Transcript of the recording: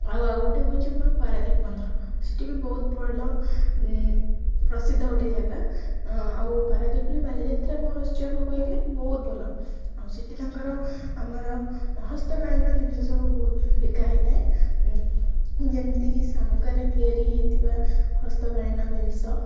ଆଉ ଆଉ ଗୋଟେ ହେଉଛି ଆମର ପାରାଦ୍ୱୀପ ବନ୍ଦର ସେଠି ବି ବହୁତ ଭଲ ପ୍ରସିଦ୍ଧ ଗୋଟେ ଜାଗା ଆଉ ପାରାଦ୍ୱୀପରେ ବାଲିଯାତ୍ରା ମହୋତ୍ସବ କହିଲେ ବହୁତ ଭଲ ଆଉ ସେଠି ତାଙ୍କର ଆମର ହସ୍ତକାଳୀନ ଜିନିଷ ସବୁ ବହୁତ ବିକା ହେଇଥାଏ ଯେମିତିକି ଶାମୁକାରେ ତିଆରି ହୋଇଥିବା ହସ୍ତକାଳୀନ ଜିନିଷ